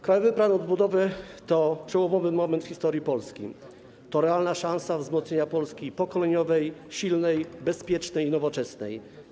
Krajowy Plan Odbudowy to przełomowy moment w historii Polski, to realna szansa wzmocnienia Polski pokoleniowej, silnej, bezpiecznej i nowoczesnej.